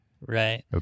Right